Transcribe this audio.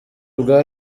bwa